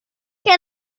que